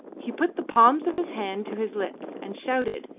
he put the palms of his hand to his lips and shouted,